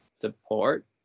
support